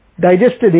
digested